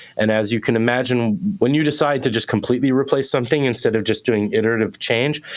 and as you can imagine, when you decide to just completely replace something instead of just doing iterative change,